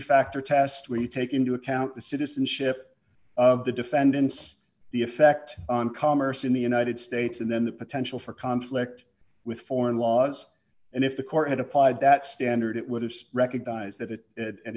factor test where you take into account the citizenship of the defendants the effect on commerce in the united states and then the potential for conflict with foreign laws and if the court had applied that standard it would have sprecher dies that